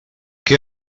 què